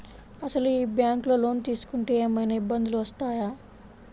అసలు ఈ బ్యాంక్లో లోన్ తీసుకుంటే ఏమయినా ఇబ్బందులు వస్తాయా?